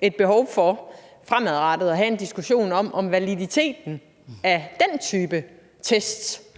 et behov for fremadrettet at have en diskussion om, om validiteten af den type test